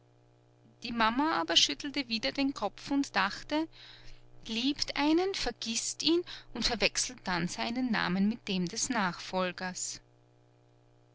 die mama aber schüttelte wieder den kopf und dachte seltsame zeiten seltsame jugend liebt einen vergißt ihn und verwechselt dann seinen namen mit dem des nachfolgers